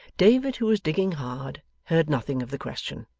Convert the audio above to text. david, who was digging hard, heard nothing of the question.